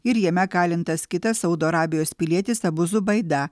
ir jame kalintas kitas saudo arabijos pilietis abu zubaida